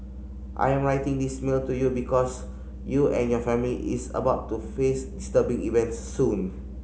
I am writing this mail to you because you and your family is about to face disturbing events soon